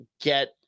get